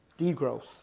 degrowth